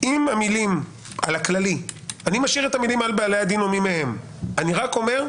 אני משאיר את המילים "על בעלי הדין או מי מהם"; אני רק אומר: